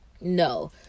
no